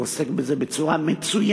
והוא עוסק בזה בצורה מצוינת,